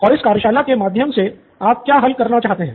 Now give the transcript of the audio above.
और इस कार्यशाला के माध्यम से आप क्या हल करना चाहते हैं